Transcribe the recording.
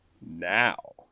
now